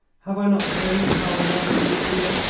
have i not shown you how i love you, lucia?